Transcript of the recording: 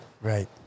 right